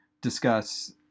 discuss